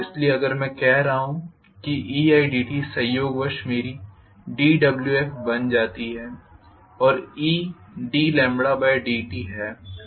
इसलिए अगर मैं कह रहा हूं कि eidt संयोगवश मेरी dWf बन जाती है और eddt है